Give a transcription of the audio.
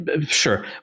sure